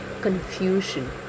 confusion